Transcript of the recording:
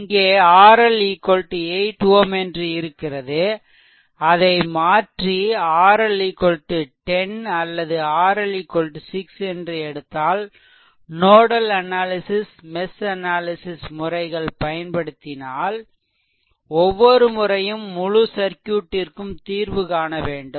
இங்கே RL 8 Ω என்று இருக்கிறது அதை மாற்றி RL 10 அல்லது RL 6 என்று எடுத்தால் நோடல் அனாலிசிஸ் மெஷ் அனாலிசிஸ் முறைகள் பயன்படுத்தினால் ஒவ்வொரு முறையும் முழு சர்க்யூட்டிற்கும் தீர்வுகான வேண்டும்